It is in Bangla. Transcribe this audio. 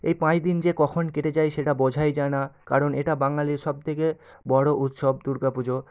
এই পাঁচ দিন যে কখন কেটে যায় সেটা বোঝাই যায় না কারণ এটা বাঙালির সব থেকে বড় উৎসব দুর্গা পুজো